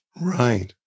Right